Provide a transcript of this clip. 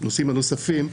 הנושאים הנוספים.